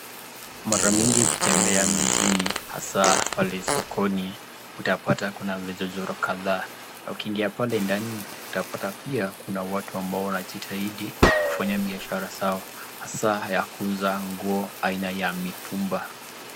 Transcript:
Mara mingi ukitembea mijini hasa pale sokoni, utapata kuna vichochoro kadhaa, na ukiingia pale ndani utapata pia kuna watu ambao wanajitahidi kufanya biashara sawa hasa ya kuuza nguo aina ya mitumba.